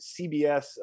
CBS